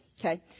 Okay